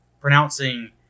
pronouncing